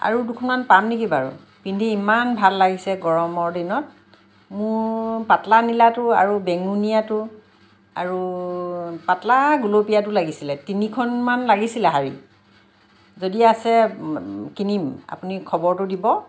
আৰু দুখনমান পাম নেকি বাৰু পিন্ধি ইমান ভাল লাগিছে গৰমৰ দিনত মোৰ পাতলা নীলাটো আৰু বেঙুনীয়াটো আৰু পাতলা গোলপীয়াটো লাগিছিলে তিনিখনমান লাগিছিলে শাড়ী যদি আছে কিনিম আপুনি খবৰটো দিব